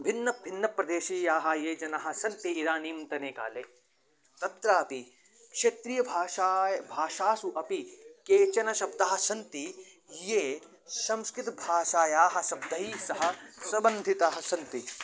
भिन्नभिन्नप्रदेशीयाः ये जनाः सन्ति इदानीन्तने काले तत्रापि क्षेत्रीयभाषायां भाषासु अपि केचन शब्दाः सन्ति ये संस्कृतभाषायाः शब्दैः सह सम्बन्धिताः सन्ति